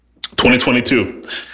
2022